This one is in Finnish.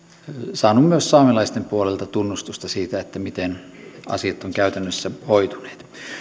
saanut myös saamelaisten puolelta tunnustusta siitä miten asiat ovat käytännössä hoituneet